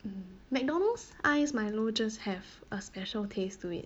mm McDonald's ice milo just have a special taste to it